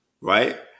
Right